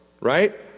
right